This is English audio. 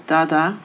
Dada